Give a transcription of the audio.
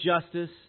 justice